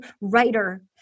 writer